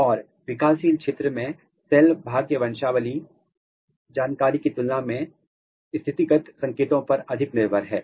और विकासशील क्षेत्र में सेल भाग्य वंशावली जानकारी की तुलना में स्थितिगत संकेतों पर अधिक निर्भर है